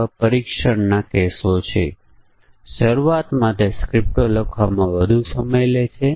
અને પછી આપણે કારણો અને શરતોના વિવિધ સંયોજનો જોઈએ છીએ